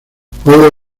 puede